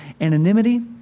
anonymity